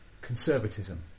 conservatism